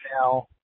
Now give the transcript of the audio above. now